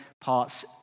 parts